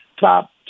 top